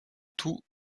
tout